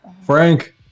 Frank